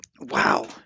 Wow